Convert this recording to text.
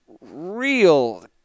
real